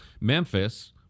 Memphis